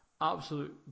absolute